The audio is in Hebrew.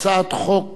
חוק